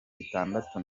itandatu